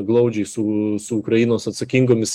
glaudžiai su su ukrainos atsakingomis